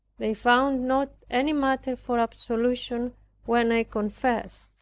they found not any matter for absolution when i confessed.